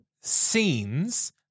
scenes